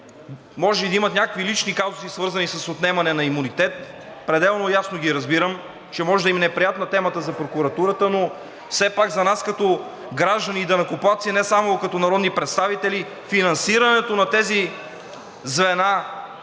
Може и да имат и някакви лични казуси, свързани с отнемане на имунитет, пределно ясно ги разбирам, че може да им е неприятна темата за прокуратурата, но все пак за нас като граждани и данъкоплатци, не само като народни представители, финансирането на тези звена,